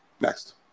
Next